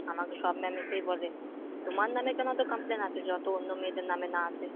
আমাকে সব ম্যাম এসেই বলে তোমার নামে কেনো এত কমপ্লেন আসে যত অন্য মেয়েদের নামে না আসে